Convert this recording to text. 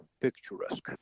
picturesque